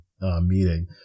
meeting